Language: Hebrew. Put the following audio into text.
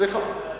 מפתיע מאוד,